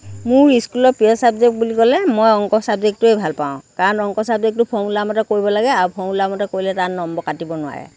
মোৰ ইস্কুলৰ প্ৰিয় ছাবজেক্ট বুলি ক'লে মই অংক ছাবজেক্টটোৱেই ভাল পাওঁ কাৰণ অংক ছাবজেক্টটো ফৰ্মুলামতে কৰিব লাগে ফৰ্মুলামতে কৰিলে তাত নম্বৰ কাটিব নোৱাৰে